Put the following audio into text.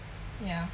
ya